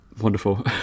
wonderful